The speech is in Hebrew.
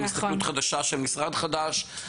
עם הסתכלות חדשה של משרד חדש.